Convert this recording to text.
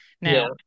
Now